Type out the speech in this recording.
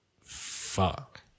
Fuck